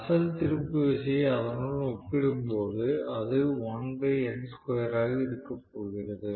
அசல் திருப்பு விசையை அதனுடன் ஒப்பிடும்போது அது ஆக இருக்கப் போகிறது